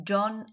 John